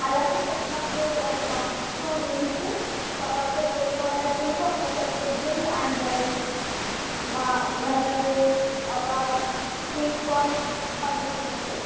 అలానే వచ్చినప్పుడు ఒక టూ డ్రింక్స్ ఒక కోకో కోల డ్రింక్ ఒక పెప్సి డ్రింక్ అండ్ మా మరియు ఒక స్వీట్ కార్న్ పంపించండి